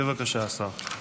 בבקשה, השר.